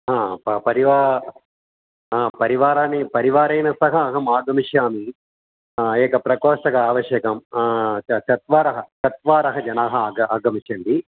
हा प परिवा हा परिवारानि परिवारेण सह अहमागमिष्यामि एक प्रकोष्ठः आवश्यकं चत्वारः चत्वारः जनाः आग आगमिष्यन्ति